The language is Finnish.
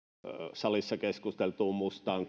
salissa keskusteltuun mustaan